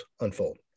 unfold